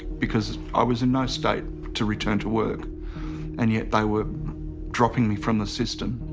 because i was in no state to return to work and yet they were dropping me from the system.